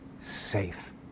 safe